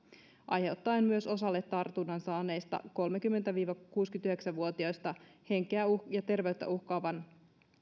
aiheuttaen myös osalle tartunnan saaneista kolmekymmentä viiva kuusikymmentäyhdeksän vuotiaista henkeä ja terveyttä uhkaavan